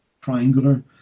triangular